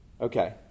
Okay